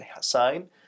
sign